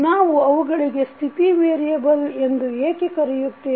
ನಾವು ಅವುಗಳಿಗೆ ಸ್ಥಿತಿ ವೇರಿಯಬಲ್ ಎಂದು ಏಕೆ ಕರೆಯುತ್ತೇವೆ